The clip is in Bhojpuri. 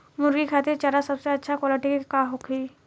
मुर्गी खातिर चारा सबसे अच्छा क्वालिटी के का होई?